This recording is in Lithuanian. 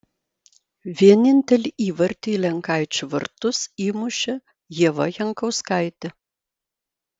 vienintelį įvartį į lenkaičių vartus įmušė ieva jankauskaitė